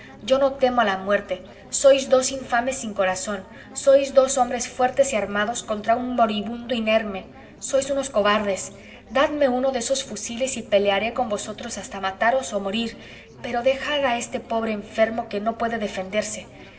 yo no temo a la muerte sois dos infames sin corazón sois dos hombres fuertes y armados contra un moribundo inerme sois unos cobardes dadme uno de esos fusiles y pelearé con vosotros hasta mataros o morir pero dejad a este pobre enfermo que no puede defenderse